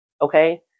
Okay